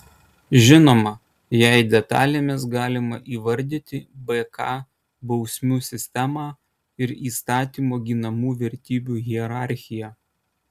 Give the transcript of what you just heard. žinoma jeigu detalėmis galima įvardyti bk bausmių sistemą ir įstatymo ginamų vertybių hierarchiją